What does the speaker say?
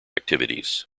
activities